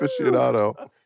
aficionado